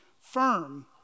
firm